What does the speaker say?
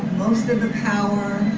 most of the power.